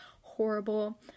horrible